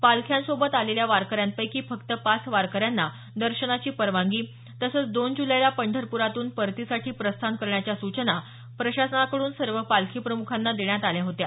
पालख्यांसोबत आलेल्या वारकऱ्यांपैकी फक्त पाच वारकऱ्यांना दर्शनाची परवानगी तसंच दोन जुलैला पंढरपुरातून परतीसाठी प्रस्थान करण्याच्या सूचना प्रशासनाकडून सर्व पालखी प्रमुखांना देण्यात आल्या होत्या